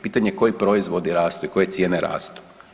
Pitanje koji proizvodi rastu i koje cijene rastu.